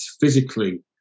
physically